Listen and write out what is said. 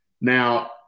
Now